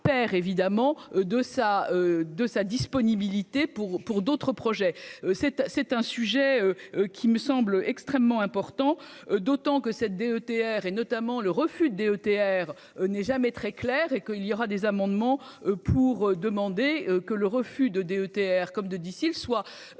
perd évidemment de sa de sa disponibilité pour pour d'autres projets cette c'est un sujet qui me semble extrêmement important, d'autant que cette DETR et notamment le refus DETR n'est jamais très claire, et que il y aura des amendements pour demander que le refus de DETR comme de d'ici le soit soit